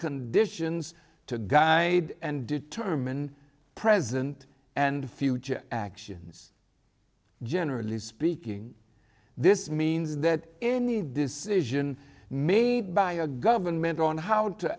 conditions to guide and determine present and future actions generally speaking this means that any decision made by a government on how to